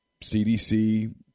CDC